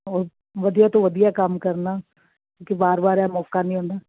ਹੋਰ ਵਧੀਆ ਤੋਂ ਵਧੀਆ ਕੰਮ ਕਰਨਾ ਕਿਉਂਕੀ ਵਾਰ ਵਾਰ ਇਹ ਮੌਕਾ ਨਹੀਂ ਆਉਂਦਾ